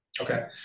Okay